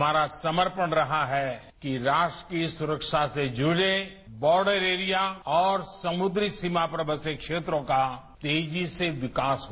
हमारा समर्पण रहा है कि राष्ट्रीय सुरक्षा से जुड़े बॉर्डर एरिया और समुद्री सीमा पर बसे क्षेत्रों का तेजी से विकास हो